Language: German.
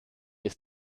ist